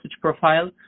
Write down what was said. profile